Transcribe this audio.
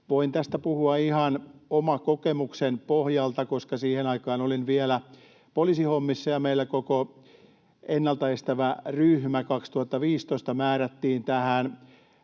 Voin tästä puhua ihan oman kokemuksen pohjalta, koska siihen aikaan olin vielä poliisihommissa, kun meillä koko ennaltaestävä ryhmä määrättiin 2015